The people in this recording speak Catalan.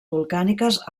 volcàniques